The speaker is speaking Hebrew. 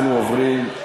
אנחנו עוברים,